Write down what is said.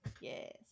Yes